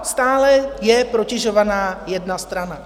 Stále je protežována jedna strana.